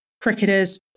cricketers